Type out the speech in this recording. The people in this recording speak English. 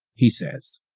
he says,